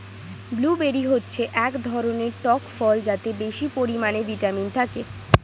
blueberry হচ্ছে এক ধরনের টক ফল যাতে বেশি পরিমাণে ভিটামিন থাকে